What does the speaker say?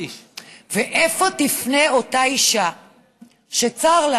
לאיפה תפנה אותה אישה שצר לה